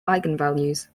eigenvalues